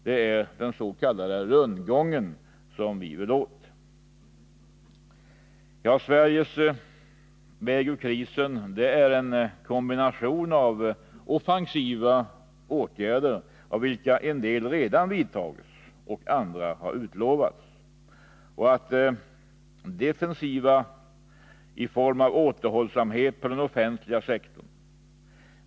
Det är den s.k. rundgången som vi vill åt. Sveriges väg ut ur krisen är en kombination av offensiva åtgärder, av vilka en del redan vidtagits och andra utlovats, och av defensiva åtgärder i form av återhållsamhet på den offentliga sektorn.